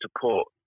support